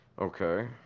Okay